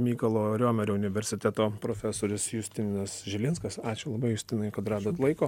mykolo riomerio universiteto profesorius justinas žilinskas ačiū labai justinai kad radot laiko